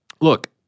look